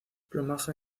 plumaje